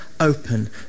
open